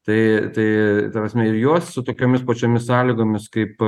tai tai ta prasme ir juos su tokiomis pačiomis sąlygomis kaip